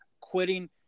quitting